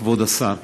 כבוד השר,